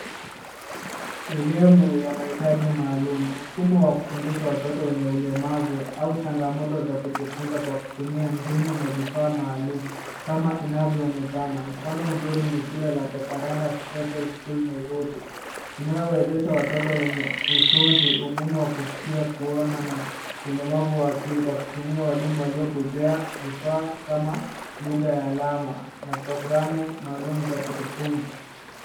Elimu ya mahitaji maalum na mfumo wa kufundisha watoto wenye ulemavu au changamoto za kujifunza kwa kutumia mbinu na vifaa maalum. Kama inavyoonekana, mfano mzuri ni shule la Jakaranda Special School, Nairobi, inayowezesha watoto wenye usonji, ugumu wa kusikia, kuona, na ulemavu wa akili, kwa kutumia walimu waliobobea vifaa kama lugha ya alama, na programu maalum za kujifunza.